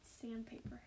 sandpaper